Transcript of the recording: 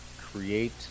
create